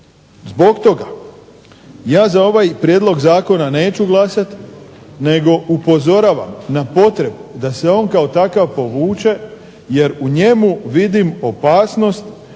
Zbog toga ja za ovaj zakon prijedlog zakona neću glasati nego upozoravam na potrebu da se on kao takav povuče jer u njemu vidim opasnost